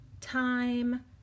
time